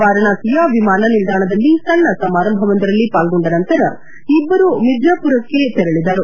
ವಾರಾಣಸಿಯ ವಿಮಾನ ನಿಲ್ದಾಣದಲ್ಲಿ ಸಣ್ಣ ಸಮಾರಂಭವೊಂದರಲ್ಲಿ ಪಾಲ್ಗೊಂಡ ನಂತರ ಇಬ್ಬರೂ ಮಿರ್ಜಾಪುರಕ್ಕೆ ತೆರಳದರು